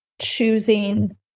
choosing